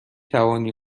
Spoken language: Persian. توانی